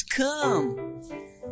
come